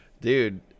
Dude